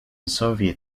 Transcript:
soviet